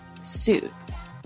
Suits